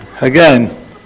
Again